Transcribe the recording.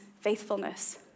faithfulness